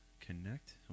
connect